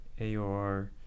AOR